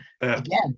again